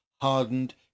hardened